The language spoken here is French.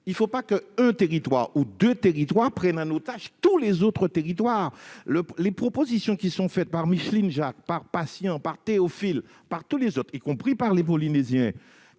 Il ne faut pas qu'un ou deux territoires prennent en otage tous les autres. Les propositions qui sont faites par Micheline Jacques, par Georges Patient, par Dominique Théophile, par tous les autres, y compris par les Polynésiens,